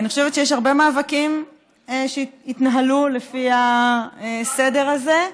אני חושבת שיש הרבה מאבקים שהתנהלו לפי הסדר הזה.